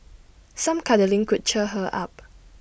some cuddling could cheer her up